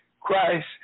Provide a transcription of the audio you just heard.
Christ